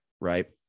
Right